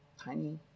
tiny